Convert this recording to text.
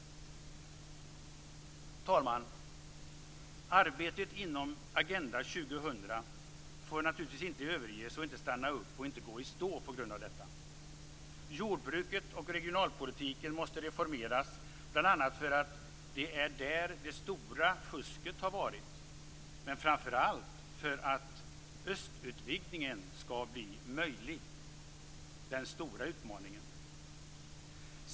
Herr talman! Arbetet inom Agenda 2000 får naturligtvis inte överges, stanna upp eller gå i stå på grund av detta. Jordbruket och regionalpolitiken måste reformeras, bl.a. för att det är där det stora fusket har varit, men framför allt för att östutvidgningen skall bli möjlig - den stora utmaningen.